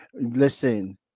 Listen